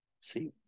See